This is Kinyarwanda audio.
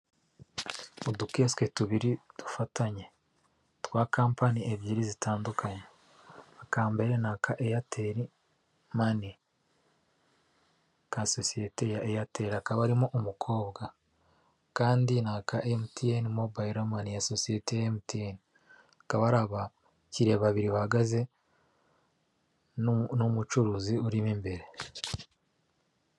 Udukiyosike tubiri dufatanye twa kampani ebyiri zitandukanye, akambere ni aka eyateri mani ka sosiyete ya eyateri hakaba harimo umukobwa, akandi ni aka emutiyene mobayiro mani ya soiyete ya emutiyene hakaba hari abakiriya babiri bahagaze, n'umucuruzi uri mo imbere.